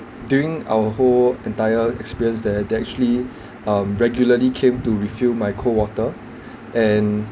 during our whole entire experience there they actually um regularly came to refill my cold water and